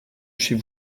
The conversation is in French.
chez